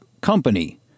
company